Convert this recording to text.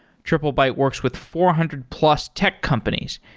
triplebyte works with four hundred plus tech companies,